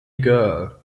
girl